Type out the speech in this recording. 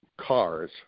cars